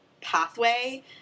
pathway